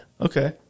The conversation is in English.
Okay